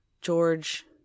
George